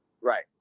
Right